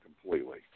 completely